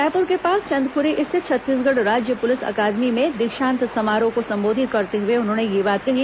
रायपुर के पास चंदखुरी स्थित छत्तीसगढ़ राज्य पुलिस अकादमी में दीक्षांत समारोह को संबोधित करते हए उन्होंने यह बात कही